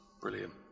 Brilliant